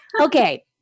Okay